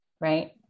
right